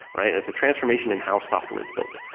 right? as a transformation in how software is built.